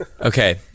Okay